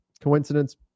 Coincidence